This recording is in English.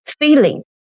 feeling